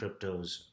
cryptos